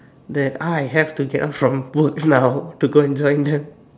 that I have to get off from both now to go and join them